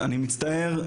אני מצטער,